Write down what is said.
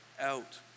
Out